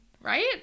right